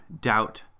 doubt